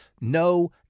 No